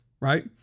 right